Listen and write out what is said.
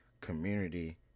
community